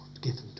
given